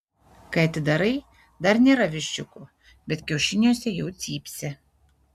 kai atidarai dar nėra viščiukų bet kiaušiniuose jau cypsi